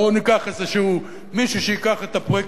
בואו ניקח איזשהו מישהו שייקח את הפרויקט